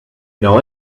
know